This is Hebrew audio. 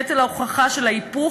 ההיפוך של נטל ההוכחה,